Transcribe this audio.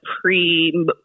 pre